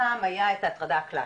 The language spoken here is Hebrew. פעם היה את ההטרדה הקלאסית,